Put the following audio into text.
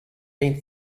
been